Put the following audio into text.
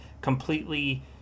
completely